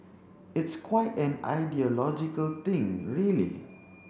it's quite an ideological thing really